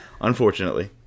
unfortunately